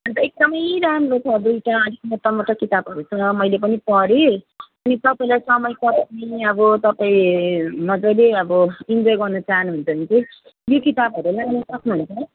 अन्त एकदमै राम्रो छ दुईवटा मोटो मोटो किताबहरू छ मैले पनि पढेँ अनि तपाईँलाई समय छ भने अब तपाईँ मजाले अब इन्जोय गर्नु चाहनुहुन्छ भने चाहिँ यो किताबहरू नै लिन सक्नुहुन्छ